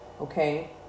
Okay